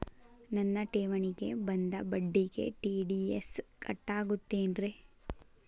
ನನ್ನ ಠೇವಣಿಗೆ ಬಂದ ಬಡ್ಡಿಗೆ ಟಿ.ಡಿ.ಎಸ್ ಕಟ್ಟಾಗುತ್ತೇನ್ರೇ?